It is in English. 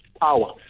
power